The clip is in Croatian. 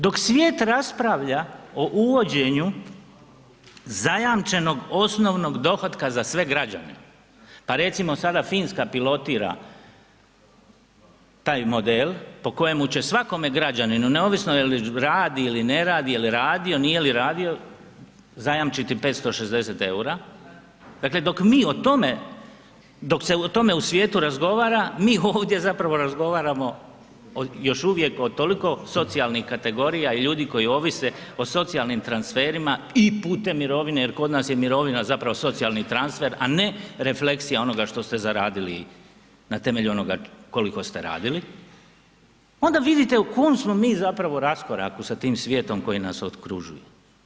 Dok svijet raspravlja o uvođenju zajamčenog osnovnog dohotka za sve građane, pa recimo sada Finska pilotira taj model po kojemu će svakome građaninu neovisno jel radi ili ne radi, je li radio, nije li radio, zajamčiti 560 ERU-a, dakle dok mi o tome, dok se o tome u svijetu razgovara mi ovdje zapravo razgovaramo još uvijek o toliko socijalnih kategorija i ljudi koji ovise o socijalnim transferima i putem mirovine, jer kod nas je mirovina zapravo socijalni transfer, a ne refleksija onoga što ste zaradili na temelju onoga koliko ste radili, onda vidite u kolikom smo mi zapravo raskoraku sa tim svijetom koji nas okružuju.